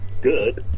good